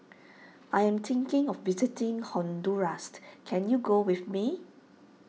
I am thinking of visiting Honduras can you go with me